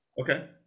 Okay